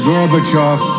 Gorbachev